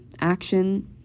action